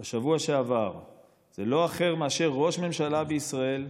בשבוע שעבר הוא לא אחר מאשר ראש ממשלה בישראל,